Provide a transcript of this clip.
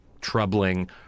troubling